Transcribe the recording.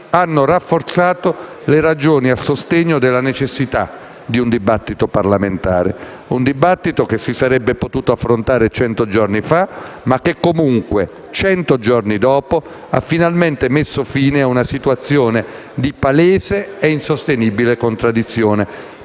hanno rafforzato le ragioni a sostegno della necessità di un dibattito parlamentare. Un dibattito che si sarebbe potuto affrontare cento giorni fa, ma che comunque cento giorni dopo ha finalmente messo fine a una situazione di palese e insostenibile contraddizione.